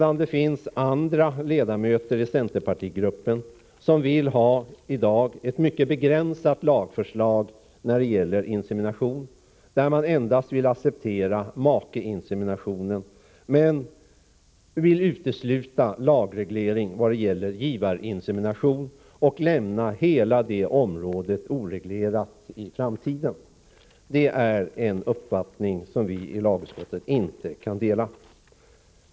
Andra ledamöter i centerpartigruppen vill i dag ha ett mycket begränsat lagförslag när det gäller insemination — man vill endast acceptera makeinsemination, och man vill utesluta lagreglering vid givarinsemination och lämna hela det området oreglerat i framtiden. Det är en uppfattning som vi i lagutskottet inte kan dela.